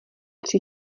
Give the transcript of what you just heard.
tři